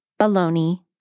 Baloney